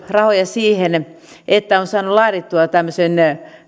rahoja siihen että on saatu laadittua tämmöinen